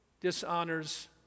dishonors